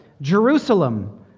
Jerusalem